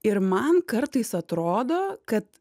ir man kartais atrodo kad